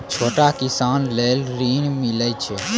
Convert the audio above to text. छोटा किसान लेल ॠन मिलय छै?